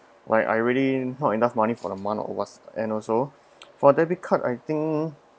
like I already not enough money for the month or what end also for debit card I think